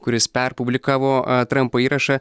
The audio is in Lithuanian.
kuris perpublikavo trampo įrašą